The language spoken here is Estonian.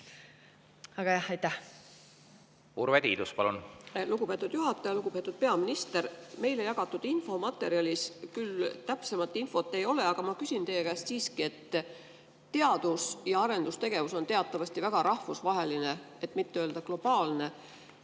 Aga jah. Urve Tiidus, palun! Lugupeetud juhataja! Lugupeetud peaminister! Meile jagatud infomaterjalis küll täpsemat infot ei ole, aga ma küsin teie käest siiski. Teadus‑ ja arendustegevus on teatavasti väga rahvusvaheline, et mitte öelda globaalne.